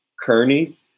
Kearney